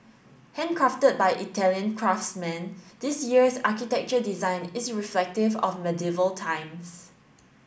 handcrafted by Italian craftsmen this year's architecture design is reflective of medieval times